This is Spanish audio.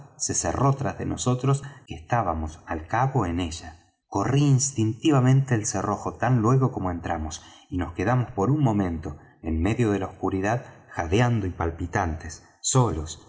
se cerró tras de nosotros que estábamos al cabo en ella corrí instintivamente el cerrojo tan luego como entramos y nos quedamos por un momento enmedio de la oscuridad jadeando y palpitantes solos